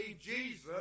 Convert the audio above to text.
Jesus